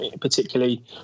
particularly